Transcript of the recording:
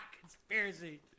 Conspiracy